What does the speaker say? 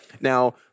Now